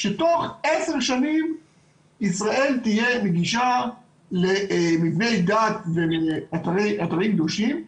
שתוך עשר שנים ישראל תהיה נגישה למבני דת ואתרים קדושים.